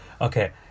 okay